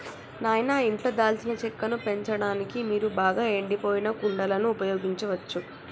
నాయిన ఇంట్లో దాల్చిన చెక్కను పెంచడానికి మీరు బాగా ఎండిపోయిన కుండలను ఉపయోగించచ్చు